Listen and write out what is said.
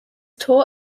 tour